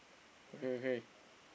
okay okay